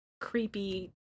creepy